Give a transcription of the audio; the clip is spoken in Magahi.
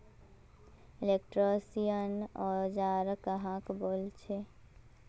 इलेक्ट्रीशियन औजार कहाक बोले छे?